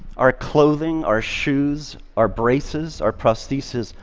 our clothing, our shoes, our braces, our prostheses,